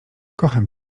kocham